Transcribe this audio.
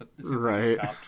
Right